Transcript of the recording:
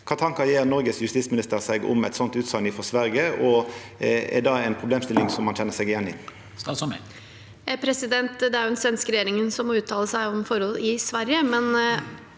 Kva tankar gjer Norges justisminister seg om ei sånn utsegn om Sverige? Er det ei problemstilling ein kjenner seg igjen i?